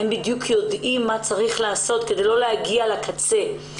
הן בדיוק יודעות מה צריך לעשות כדי לא להגיע לקצה.